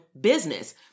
business